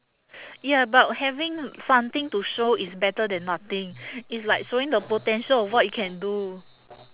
ya but having something to show it's better than nothing it's like showing the potential of what you can do